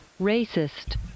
Racist